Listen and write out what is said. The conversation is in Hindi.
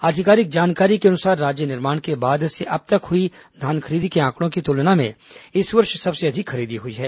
आधिकारिक जानकारी के अनुसार राज्य निर्माण के बाद से अब तक हुई धान खरीदी के आंकड़ों की तुलना में इस वर्ष सबसे अधिक खरीदी हुई है